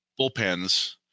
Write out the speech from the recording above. bullpens